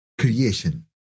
creation